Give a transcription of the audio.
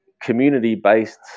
community-based